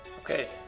Okay